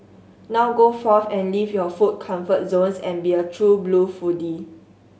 now go forth and leave your food comfort zones and be a true blue foodie